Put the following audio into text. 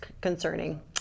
concerning